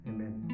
Amen